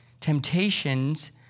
Temptations